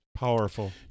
Powerful